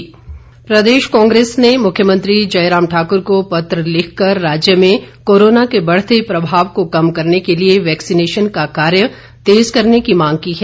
कांग्रेस प्रदेश कांग्रेस ने मुख्यमंत्री जयराम ठाकुर को पत्र लिखकर राज्य में कोरोना के बढ़ते प्रभाव को कम करने के लिए वैक्सीनेशन का कार्य तेज़ करने की मांग की है